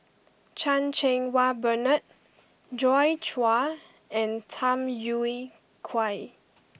Chan Cheng Wah Bernard Joi Chua and Tham Yui Kai